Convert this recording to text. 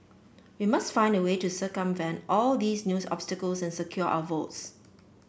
we must find a way to circumvent all these news obstacles and secure our votes